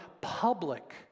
public